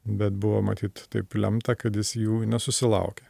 bet buvo matyt taip lemta kad jis jų nesusilaukė